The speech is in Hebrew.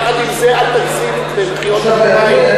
יחד עם זה, אל תגזים במחיאות הכפיים,